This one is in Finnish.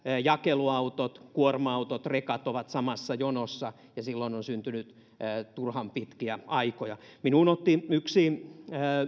jakeluautot kuorma autot rekat ovat samassa jonossa ja silloin on syntynyt turhan pitkiä aikoja minuun otti yhteyttä yksi